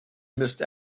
missed